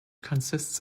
consists